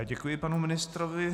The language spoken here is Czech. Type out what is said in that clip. Děkuji panu ministrovi.